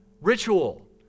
ritual